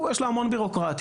יש לו המון ביורוקרטיה,